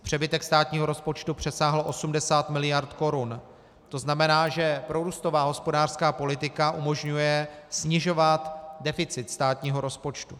Přebytek státního rozpočtu přesáhl 80 miliard korun, to znamená, že prorůstová hospodářská politika umožňuje snižovat deficit státního rozpočtu.